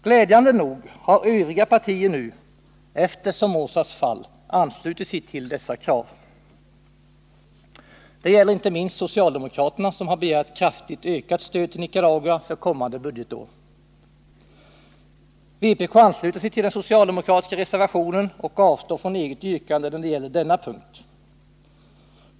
Glädjande nog har övriga partier nu, efter Somozas fall, anslutit sig till dessa krav. Det gäller inte minst socialdemokraterna, som har begärt kraftigt ökat stöd till Nicaragua för kommande budgetår. Vpk ansluter sig till den socialdemokratiska reservationen och avstår från eget yrkande när det gäller denna punkt.